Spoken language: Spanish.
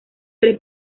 tres